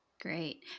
Great